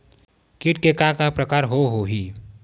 कीट के का का प्रकार हो होही?